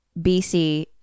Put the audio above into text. BC